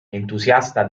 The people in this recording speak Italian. entusiasta